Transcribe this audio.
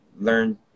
learn